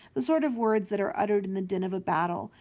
the sort of words that are uttered in the din of battle,